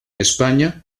españa